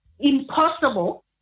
Impossible